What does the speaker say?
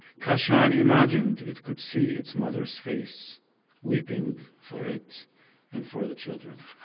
kashan imagined it could see its mother's face weeping for it and for the children.